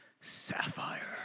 Sapphire